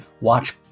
watch